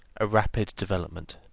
a rapid development.